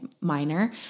minor